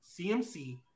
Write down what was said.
CMC